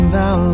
Thou